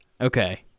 Okay